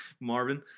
marvin